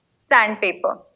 sandpaper